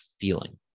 feeling